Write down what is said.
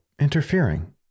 interfering